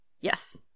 Yes